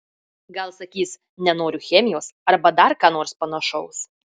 gal sakys nenoriu chemijos arba dar ką nors panašaus